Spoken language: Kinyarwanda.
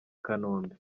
kanombe